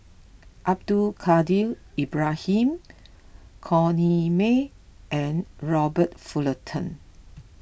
Abdul Kadir Ibrahim Corrinne May and Robert Fullerton